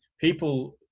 people